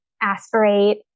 aspirate